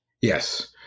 Yes